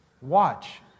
Watch